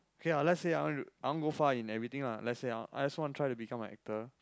K lah let's say I want to I want go far in everything lah let's say I want I just want try to become a actor